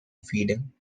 feeding